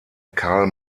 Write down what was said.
karl